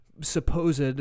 supposed